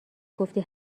گفتی